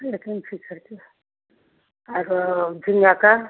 एक इंची करके और झींगा का